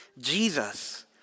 Jesus